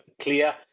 clear